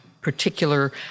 particular